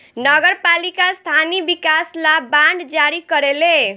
नगर पालिका स्थानीय विकास ला बांड जारी करेले